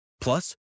Plus